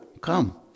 come